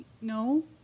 no